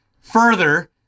further